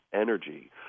energy